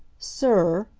sir,